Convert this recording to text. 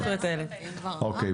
אוקי,